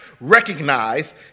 recognize